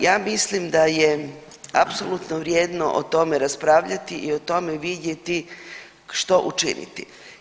Ja mislim da apsolutno vrijedno o tome raspravljati i o tome vidjeti što učiniti.